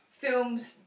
films